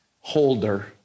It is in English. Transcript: holder